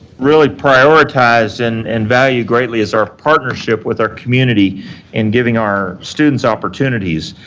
really prioritized and and value greatly is our partnership with our community and giving our students opportunities,